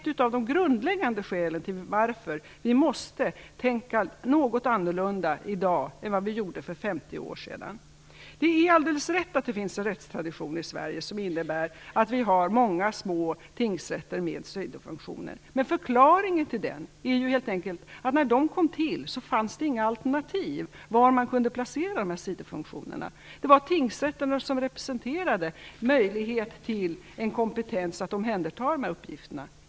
Det är ett av de grundläggande skälen till att vi måste tänka något annorlunda i dag än vad vi gjorde för 50 år sedan. Det är helt riktigt att det finns en rättstradition i Sverige som innebär att vi har många små tingsrätter med sidofunktioner. Förklaringen är helt enkelt att det, när de kom till, inte fanns några alternativ till var dessa sidofunktioner kunde placeras. Hos tingsrätterna fanns en möjlighet. Där fanns en kompetens att omhänderta dessa uppgifter.